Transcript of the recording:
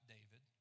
David